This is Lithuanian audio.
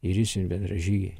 ir jis ir bendražygiai